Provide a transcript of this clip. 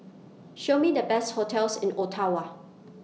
Show Me The Best hotels in Ottawa